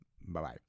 bye-bye